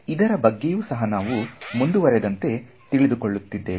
ಇದರ ಬಗ್ಗೆಯೂ ಸಹ ನಾವು ಮುಂದುವರೆದಂತೆ ತಿಳಿದುಕೊಳ್ಳುತ್ತಿದ್ದೇವೆ